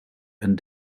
and